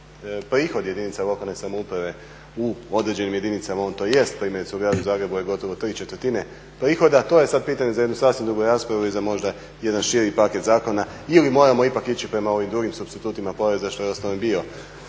prihod jedinica lokalne samouprave u određenim jedinicama, on to jest, primjerice u gradu Zagrebu je gotovo tri četvrtine prihoda, to je sad pitanje za jednu sasvim drugu raspravu i za možda jedan širi paket zakona ili moramo ipak ići prema ovim drugim supstitutima poreza što je … bila